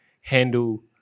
handle